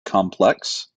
complex